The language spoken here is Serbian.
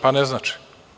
Pa ne znači.